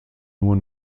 nur